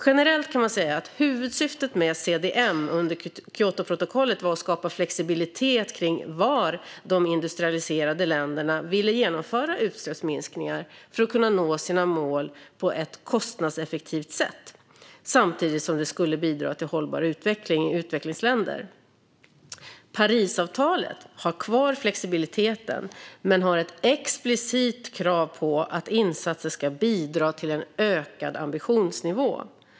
Generellt kan man säga att huvudsyftet med CDM under Kyotoprotokollet var att skapa flexibilitet kring var de industrialiserade länderna ville genomföra utsläppsminskningar för att kunna nå sina mål på ett kostnadseffektivt sätt, samtidigt som det skulle bidra till hållbar utveckling i utvecklingsländer. Parisavtalet har kvar flexibiliteten men har ett explicit krav på att insatser ska bidra till en ökad ambitionsnivå.